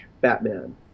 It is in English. Batman